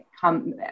come